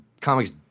Comics